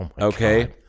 Okay